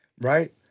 right